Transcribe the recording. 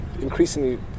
increasingly